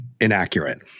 inaccurate